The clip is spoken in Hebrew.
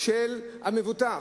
של המבוטח.